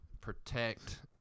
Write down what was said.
protect